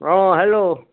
অ hello